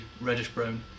reddish-brown